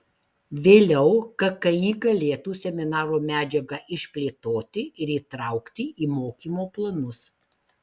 vėliau kki galėtų seminaro medžiagą išplėtoti ir įtraukti į mokymo planus